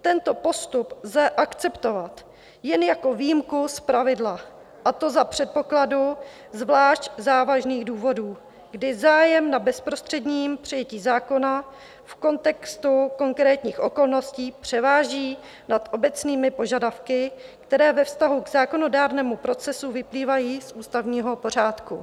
Tento postup lze akceptovat jen jako výjimku z pravidla, a to za předpokladu zvlášť závažných důvodů, kdy zájem na bezprostředním přijetí zákona v kontextu konkrétních okolností převáží nad obecnými požadavky, které ve vztahu k zákonodárnému procesu vyplývají z ústavního pořádku.